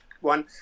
One